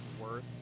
worth